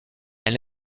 elle